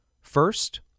first